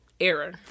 Error